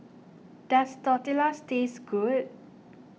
does Tortillas taste good